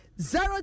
Zero